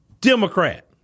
Democrat